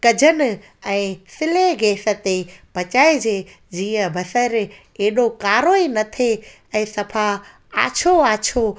कजनि ऐं सिले गैस ते पचाइजे जीअं बसरु एॾो कारो ई न थिए ऐं सफ़ा आछो आछो